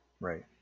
Right